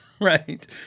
Right